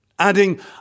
Adding